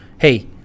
Hey